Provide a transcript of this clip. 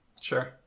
Sure